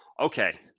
okay.